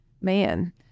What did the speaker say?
man